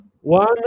One